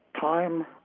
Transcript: time